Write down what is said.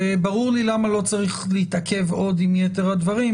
ברור לי למה לא צריך להתעכב עוד עם יתר הדברים,